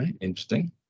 Interesting